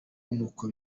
niko